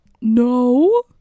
No